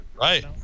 Right